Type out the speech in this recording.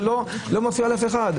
זה לא מפריע לאף אחד.